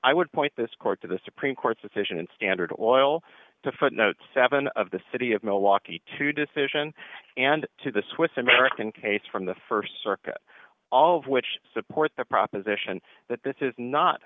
i would point this court to the supreme court's decision and standard oil to footnote seven of the city of milwaukee two decision and to the swiss american case from the st circuit all of which supports the proposition that this is not